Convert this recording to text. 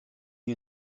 you